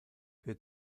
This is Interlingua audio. que